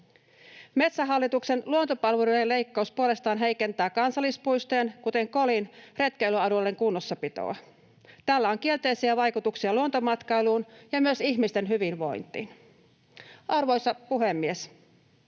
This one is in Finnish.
Metsähallituksen luontopalveluiden leikkaus puolestaan heikentää kansallispuistojen, kuten Kolin, retkeilyalueiden kunnossapitoa. Tällä on kielteisiä vaikutuksia luontomatkailuun ja myös ihmisten hyvinvointiin. Arvoisa puhemies!